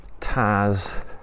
Taz